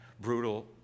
brutal